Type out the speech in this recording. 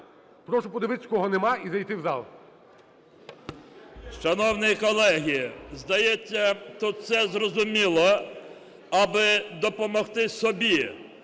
Прошу подивитися, кого немає, і зайти в зал.